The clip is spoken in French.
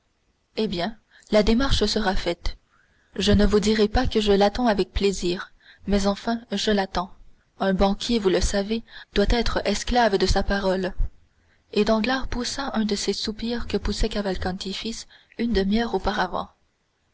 eh bien la démarche sera faite je ne vous dirai pas que je l'attends avec plaisir mais enfin je l'attends un banquier vous le savez doit être esclave de sa parole et danglars poussa un de ces soupirs que poussait cavalcanti fils une demi-heure auparavant